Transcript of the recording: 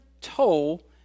toll